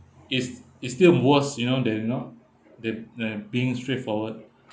it's it's still worse you know they you know than them being straightforward